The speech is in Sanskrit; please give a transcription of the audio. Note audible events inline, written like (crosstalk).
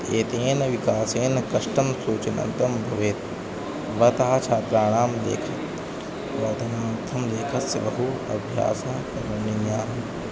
एतेन विकासेन कष्टं सूचनं तु भवेत् भवतः छात्राणां लेखनं भवन्तं (unintelligible) लेखस्य बहु अभ्यासः करणीयाः